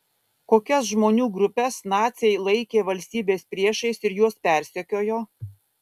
kokias žmonių grupes naciai laikė valstybės priešais ir juos persekiojo